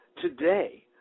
today